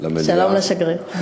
שלום לשגריר.